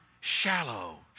shallow